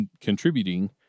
contributing